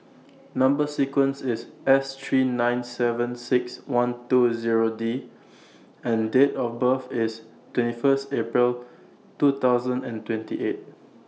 Number sequence IS S three nine seven six one two Zero D and Date of birth IS twenty First April two thousand and twenty eight